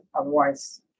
otherwise